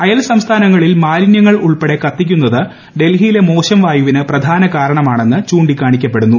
അയൽ സംസ്ഥാനങ്ങളിൽ മാലിന്യങ്ങൾ ഉൽപ്പെടെ കത്തിക്കുന്നത് ഡൽഹിയിലെ മോശം വായുവിന് പ്രധാന ഘടകമെന്ന് ചൂണ്ടികാണിക്കപ്പെടുന്നു